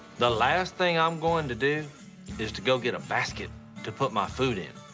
the last thing i'm going to do is to go get a basket to put my food in.